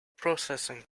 processing